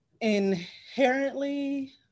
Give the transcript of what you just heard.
inherently